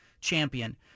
champion